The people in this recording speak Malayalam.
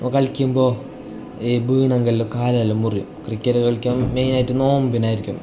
അപ്പോൾ കളിക്കുമ്പോൾ ഈ വീണെങ്കിൽ എല്ലാം കാലെല്ലാം മുറിയും ക്രിക്കറ്റ് കളിക്കുക മെയിൻ ആയിട്ട് നോമ്പിനായിരിക്കും